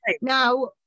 Now